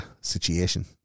situation